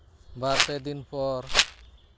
ᱵᱟᱨ ᱯᱮ ᱫᱤᱱ ᱯᱚᱨ